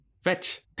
fetch